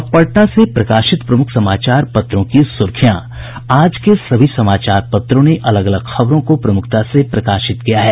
अब पटना से प्रकाशित प्रमुख समाचार पत्रों की सुर्खियां आज के सभी समाचार पत्रों ने अलग अलग खबरों को प्रमुखता से प्रकाशित किया है